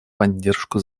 поддержку